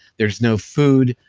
there's no food,